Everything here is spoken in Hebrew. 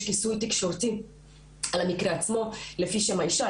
כיסוי תקשורתי למקרה עצמו לפי שם האישה,